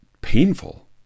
painful